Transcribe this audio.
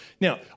now